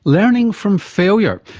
learning from failure.